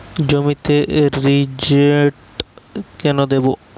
জমিতে রিজেন্ট কেন দেবো?